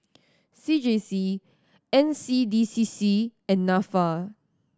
C J C N C D C C and Nafa